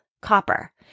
copper